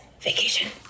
Vacation